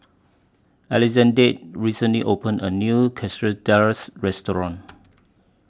Alexande recently opened A New Quesadillas Restaurant